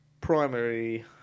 primary